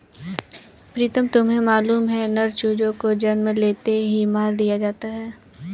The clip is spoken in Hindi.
प्रीतम तुम्हें मालूम है नर चूजों को जन्म लेते ही मार दिया जाता है